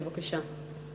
בבקשה.